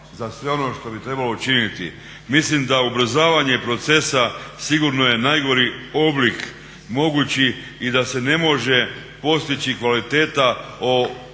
za sve ono što bi trebalo učiniti. Mislim da ubrzavanje procesa sigurno je najgori oblik mogući i da se ne može postići kvaliteta.